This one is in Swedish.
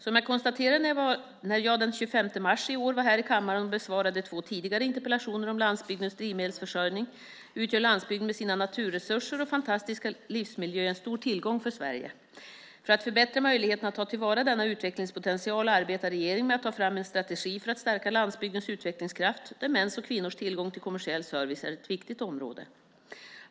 Som jag konstaterade när jag den 25 mars i år var här i kammaren och besvarade två tidigare interpellationer om landsbygdens drivmedelsförsörjning utgör landsbygden med sina naturresurser och fantastiska livsmiljö en stor tillgång för Sverige. För att förbättra möjligheterna att ta till vara denna utvecklingspotential arbetar regeringen med att ta fram en strategi för att stärka landsbygdens utvecklingskraft där mäns och kvinnors tillgång till kommersiell service är ett viktigt område.